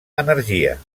energia